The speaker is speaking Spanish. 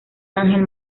ángel